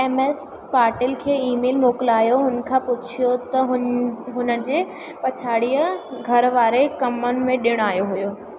M S Patil खे email मोकिलायो हुन खां पुछियो त हुन हुनजे पछाड़ीअ घर वारे कमनि में ॾिण आयो हो